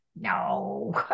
no